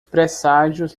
presságios